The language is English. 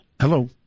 Hello